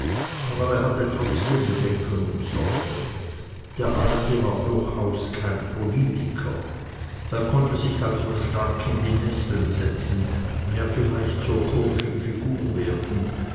aber er hatte trotzdem bedenken und sorge der alte war durchaus kein politiker er konnte sich also stark in die nesseln setzen ja vielleicht zur komischen figur werden